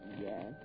Yes